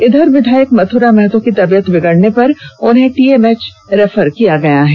इधर विधायक मथ्रा महतो की तबियत बिगड़ने पर उन्हें टीएमएच रेफर किया गया है